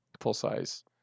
full-size